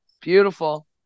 Beautiful